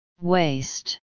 Waste